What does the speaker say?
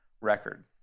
record